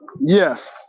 Yes